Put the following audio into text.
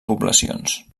poblacions